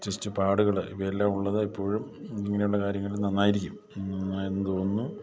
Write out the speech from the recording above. chest പാടുകൾ ഇവയെല്ലാം ഉള്ളത് എപ്പോഴും ഇങ്ങനെയുള്ള കാര്യങ്ങൾക്ക് നന്നായിരിക്കും എന്നു തോന്നുന്നു